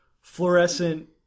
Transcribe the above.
fluorescent